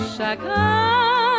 Chagrin